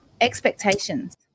expectations